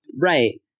Right